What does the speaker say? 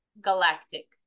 galactic